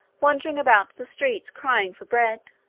wandering about the streets, crying for bread